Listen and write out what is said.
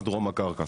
עד דרום הקרקע.